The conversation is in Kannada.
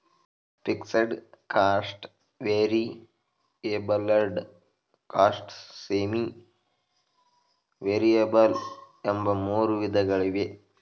fixed cost, variable cost, semi variable ಎಂಬ ಮೂರು ವಿಧಗಳಿವೆ